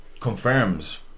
confirms